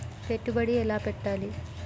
పెట్టుబడి ఎలా పెట్టాలి?